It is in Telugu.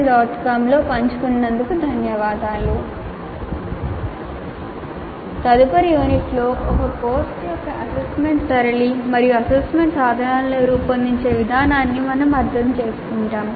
com లో పంచుకున్నందుకు ధన్యవాదాలు తదుపరి యూనిట్లో ఒక కోర్సు కోసం అసెస్మెంట్ సరళి మరియు అసెస్మెంట్ సాధనాలను రూపొందించే విధానాన్ని మనం అర్థం చేసుకుంటాము